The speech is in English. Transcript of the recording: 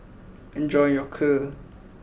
enjoy your Kheer